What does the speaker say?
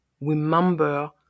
remember